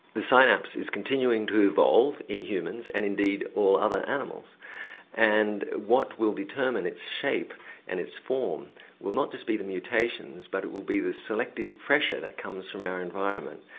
the synapse is continuing to evolve in humans and indeed in all other animals and what will determine its shape and its form will not just be the mutations but it will be the selective pressure that comes from our environment.